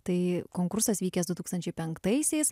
tai konkursas vykęs du tūkstančiai penktaisiais